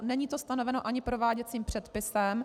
Není to stanoveno ani prováděcím předpisem.